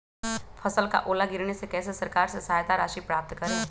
फसल का ओला गिरने से कैसे सरकार से सहायता राशि प्राप्त करें?